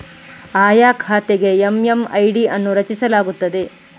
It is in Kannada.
ಆಯಾ ಖಾತೆಗೆ ಎಮ್.ಎಮ್.ಐ.ಡಿ ಅನ್ನು ರಚಿಸಲಾಗುತ್ತದೆ